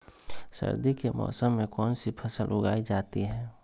सर्दी के मौसम में कौन सी फसल उगाई जाती है?